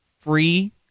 free